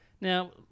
Now